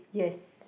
yes